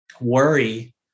worry